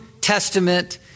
Testament